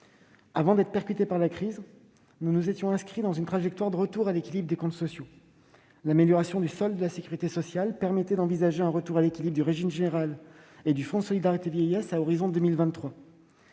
Avant d'être percutés par la crise, nous nous étions inscrits dans une trajectoire de retour à l'équilibre des comptes sociaux. L'amélioration du solde de la sécurité sociale permettait d'envisager un retour à l'équilibre du régime général et du Fonds de solidarité vieillesse à l'horizon de 2023.